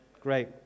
Great